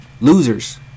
losers